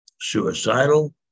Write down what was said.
suicidal